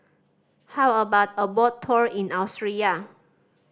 how about a boat tour in Austria